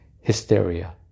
Hysteria